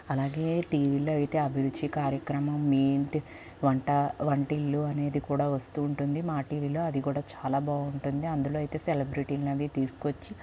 అలాగే టీవీలో అయితే అభిరుచి కార్యక్రమం మీ ఇంటి వంట వంటిల్లు అనేది కూడ వస్తు ఉంటుంది మా టీవీలో అది కూడ చాలా బాగుంటుంది అందులోనైతే సెలబ్రిటీని అది తీసుకొచ్చి